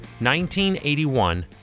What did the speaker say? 1981